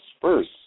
first